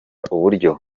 uburyo